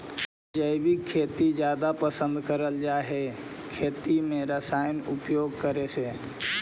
जैविक खेती जादा पसंद करल जा हे खेती में रसायन उपयोग करे से